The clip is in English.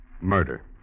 Murder